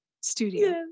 studio